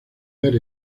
ver